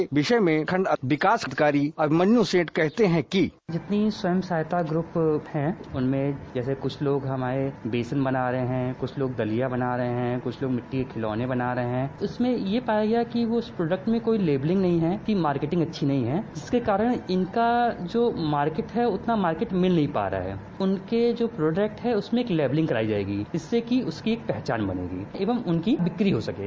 इस बारे में सुमेरपुर के खण्ड विकास अधिकारी अभिमन्यु सेठ कहते हैं जितनी स्वयं सहायता ग्रुप है उनमें जो कि जैसे कुछ लोग हमारे बेसन बना रहे है कुछ लोग दलिया बना रहे है कुछ लोग मिट्टी के खिलौने बना रहे हैं उसमें यह पाया गया कि उस प्रोडक्ट में कोई लेवलिंग नहीं है इसकी मार्केटिंग अच्छी नहीं है जिसके कारण इनका जो मार्केट है उतना मार्केट मिल नहीं पा रहा है उनके जो प्रोडेक्ट है उसमें लेवलिंग कराई जायेगी जिससे की उसकी एक पहचान बनेंगी एवं उनकी बिक्री हो सकें